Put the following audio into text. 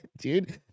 dude